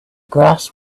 grass